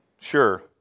sure